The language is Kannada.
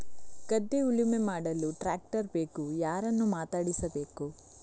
ಗದ್ಧೆ ಉಳುಮೆ ಮಾಡಲು ಟ್ರ್ಯಾಕ್ಟರ್ ಬೇಕು ಯಾರನ್ನು ಮಾತಾಡಿಸಬೇಕು?